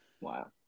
Wow